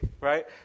right